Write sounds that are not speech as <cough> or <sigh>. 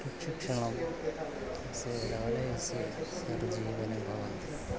प्रशिक्षणं सः इदानीं <unintelligible> जीवने भवन्ति